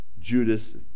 Judas